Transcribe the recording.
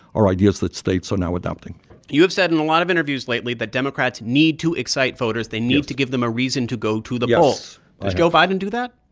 are ideas that states are now adopting you have said in a lot of interviews lately that democrats need to excite voters. they need to give them a reason to go to the polls. does joe biden do that?